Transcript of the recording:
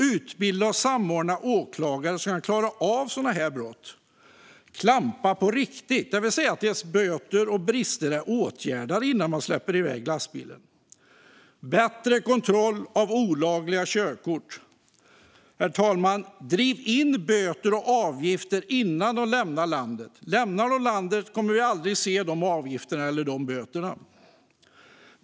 Utbilda och samordna åklagare som kan klara av sådana här brott! Klampa på riktigt! Det vill säga att böter ska vara betalda och brister åtgärdade innan man släpper iväg lastbilen. Det behövs bättre kontroll av olagliga körkort. Driv in böter och avgifter innan lastbilarna lämnar landet! Lämnar de landet kommer vi aldrig att se de avgifterna eller de böterna.